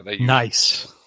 Nice